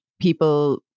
people